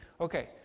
Okay